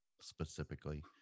specifically